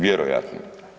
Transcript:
Vjerojatno.